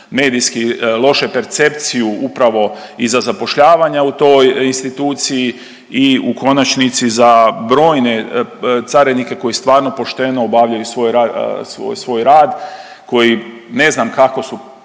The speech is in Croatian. medijski loše percepciju upravo i za zapošljavanja u toj instituciji i u konačnici za brojne carinike koji stvarno pošteno obavljaju svoj rad, koji ne znam kako su